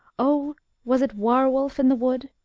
o was it war-wolf in the wood?